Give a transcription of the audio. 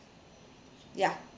ya